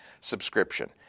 subscription